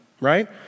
right